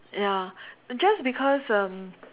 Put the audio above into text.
ya just because um